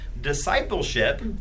discipleship